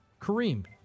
Kareem